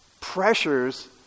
pressures